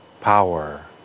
power